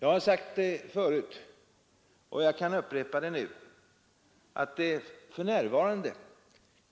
Jag har sagt det förut och jag kan gärna upprepa det, att det för närvarande